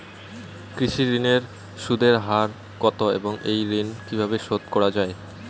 কৃষি ঋণের সুদের হার কত এবং এই ঋণ কীভাবে শোধ করা য়ায়?